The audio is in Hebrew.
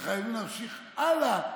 חייבים להמשיך הלאה.